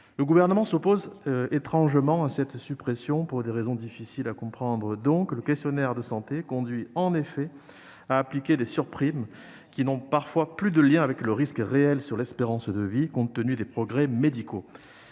Le Gouvernement s'oppose, étrangement, à cette suppression, pour des raisons difficiles à comprendre. Le questionnaire de santé conduit, en effet, à appliquer des surprimes, qui n'ont parfois plus de lien avec le risque réel sur l'espérance de vie, compte tenu des progrès médicaux.